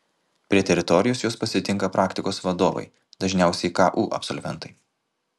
prie teritorijos juos pasitinka praktikos vadovai dažniausiai ku absolventai